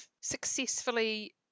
successfully